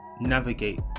navigate